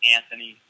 Anthony